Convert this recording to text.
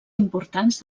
importants